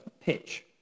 pitch